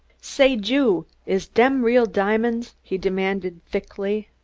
say, jew, is them real diamonds? he demanded thickly.